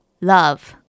love